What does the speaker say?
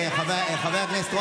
חבר הכנסת רוטמן,